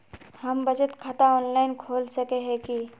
हम बचत खाता ऑनलाइन खोल सके है की?